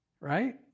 Right